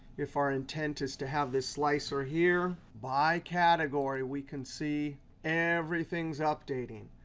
if our intent is to have this slicer here by category, we can see everything's updating.